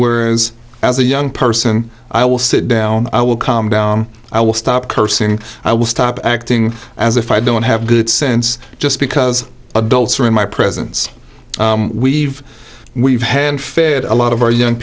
were as a young person i will sit down i will calm down i will stop cursing i will stop acting as if i don't have good sense just because adults are in my presence we've we've hand fed a lot of our young